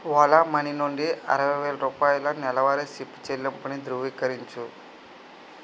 Ola money నుండి అరవై వేల రూపాయల నెలవారీ సిప్ చెల్లింపుని ధృవీకరించు